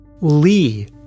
Lee